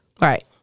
Right